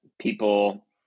people